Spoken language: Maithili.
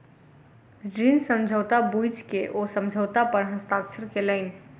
ऋण समझौता बुइझ क ओ समझौता पर हस्ताक्षर केलैन